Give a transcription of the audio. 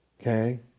Okay